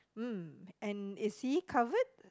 mm and is he covered